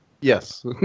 Yes